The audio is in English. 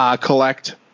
collect